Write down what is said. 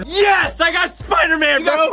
yes, i got spider-man, and bro!